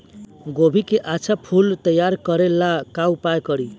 गोभी के अच्छा फूल तैयार करे ला का उपाय करी?